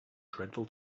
dreadful